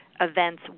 events